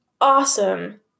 awesome